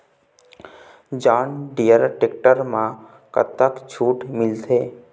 John Deere tractor म कतक छूट मिलथे?